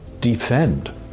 defend